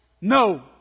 No